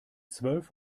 zwölf